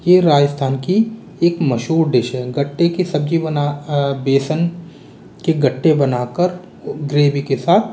यह राजस्थान की एक मशहूर डिश है गट्टे की सब्ज़ी बना बेसन के गट्टे बना कर ग्रेवी के साथ